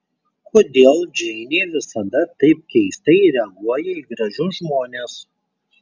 kodėl džeinė visada taip keistai reaguoja į gražius žmones